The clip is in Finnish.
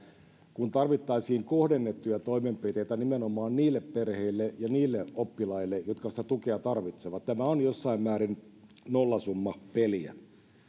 kun tarvittaisiin kohdennettuja toimenpiteitä nimenomaan niille perheille ja niille oppilaille jotka sitä tukea tarvitsevat tämä on jossain määrin nollasummapeliä